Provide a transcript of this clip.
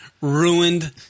ruined